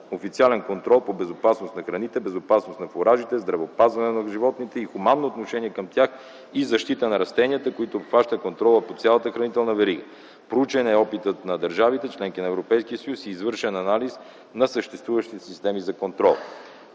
официален контрол по безопасност на храните, безопасност на фуражите, здравеопазване на животните и хуманно отношение към тях и защита на растенията, които обхващат контрола по цялата хранителна верига. Проучен е опитът на държавите – членки на Европейския съюз, и е извършен анализ на съществуващите системи за контрол.